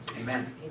Amen